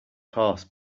horse